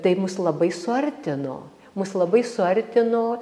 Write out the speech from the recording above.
tai mus labai suartino mus labai suartino